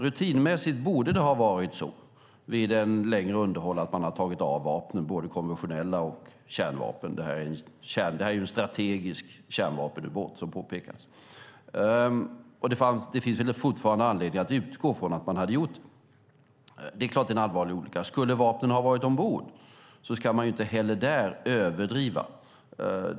Rutinmässigt borde det ha varit så vid ett längre underhåll att man har tagit av vapnen, både konventionella vapen och kärnvapen. Det här är ju en strategisk kärnvapenubåt, som påpekats. Det finns fortfarande anledning att utgå från att man hade gjort det. Det är klart att det är en allvarlig olycka. Skulle vapnen ha varit ombord ska man inte heller överdriva.